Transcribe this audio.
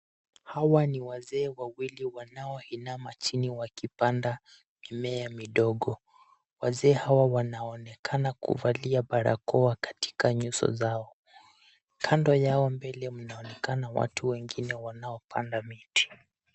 Hawa ni wazee wawili wanaoinama chini wakipanda mimea midogo. Wazee hawa wanaonekana kuvalia barakoa katika nyuso zao. Kando yao mbele mnaonekana watu wengine wanaopanda miti.